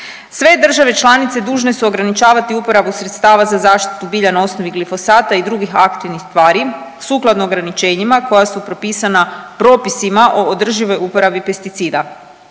Sve države članice dužne su ograničavati uporabu sredstava za zaštitu bilja na osnovi glifosata i drugih aktivnih tvari sukladno ograničenjima koja su propisana propisima o održivoj uporabi pesticida.